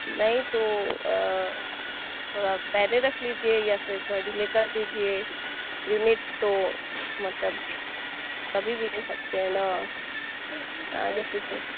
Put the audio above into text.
نہیں تو تھوڑا پہلے رکھ لیجیے یا پھر تھوڑا ڈیلے کر لیجیے یونٹ تو مطلب کبھی بھی لے سکتے ہیں نا آگے پیچھے